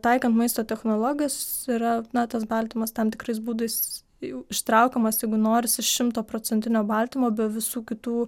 taikant maisto technologijas yra na tas baltymas tam tikrais būdais jau ištraukiamas jeigu norisi šimtaprocentinio baltymo be visų kitų